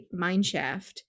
mineshaft